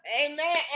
amen